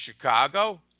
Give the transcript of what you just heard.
Chicago